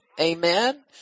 Amen